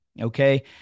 okay